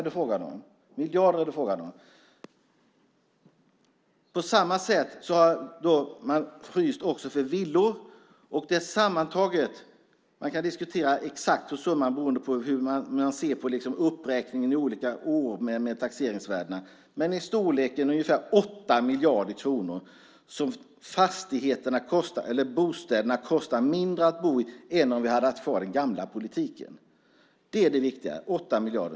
Det är miljarder det är fråga om. På samma sätt har man fryst också för villor. Man kan diskutera den exakta summan beroende på hur man ser på uppräkningen i olika år med taxeringsvärdena, men det kostar ungefär 8 miljarder kronor mindre att bo i bostäderna jämfört med om vi hade haft kvar den gamla politiken. Det är det viktiga. Det är ungefär 8 miljarder.